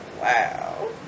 Wow